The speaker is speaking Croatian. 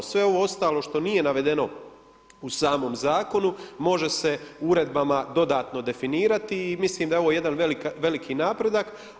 Sve ovo ostalo što nije navedene u samom zakonu može se uredbama dodatno definirati i mislim da je ovo jedan veliki napredak.